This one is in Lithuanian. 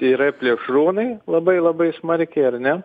yra plėšrūnai labai labai smarkiai ar ne